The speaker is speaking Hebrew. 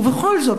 ובכל זאת,